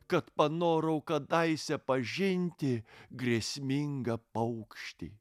kad panorau kadaise pažinti grėsmingą paukštį